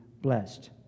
blessed